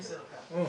גל,